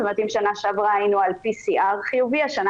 זאת אומרת אם בשנה שעברה היינו על PCR חיובי השנה